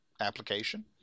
application